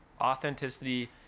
authenticity